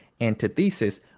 Antithesis